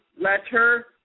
letter